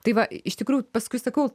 tai va iš tikrųjų paskui sakau